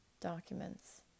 documents